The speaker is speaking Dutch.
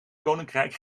koninkrijk